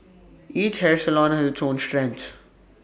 each hair salon has its own strengths